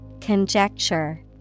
Conjecture